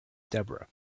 deborah